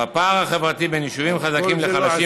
והפער החברתי בין יישובים חזקים לחלשים